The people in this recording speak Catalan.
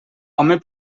home